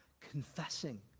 Confessing